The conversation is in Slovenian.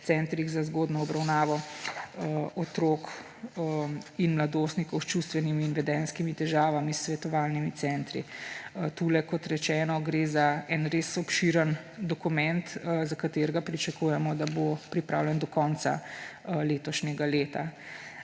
centrih za zgodnjo obravnavo otrok in mladostnikov s čustvenimi in vedenjskimi težavami, s svetovalnimi centri. Kot rečeno, gre tu za res obširen dokument, za katerega pričakujemo, da bo pripravljen do konca letošnjega leta.